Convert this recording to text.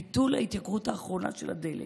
ביטול ההתייקרות האחרונה של הדלק,